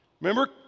remember